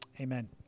Amen